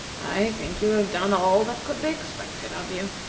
i think you have done all that could be expected of you.